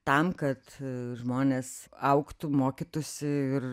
tam kad žmonės augtų mokytųsi ir